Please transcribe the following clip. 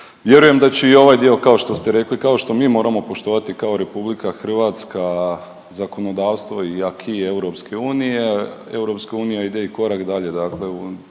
vjerujem da će i ovaj dio kao što ste rekli, kao što mi moramo poštovati kao RH zakonodavstvo i AQI EU, EU ide i korak dalje